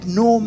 no